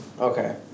Okay